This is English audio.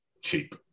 cheap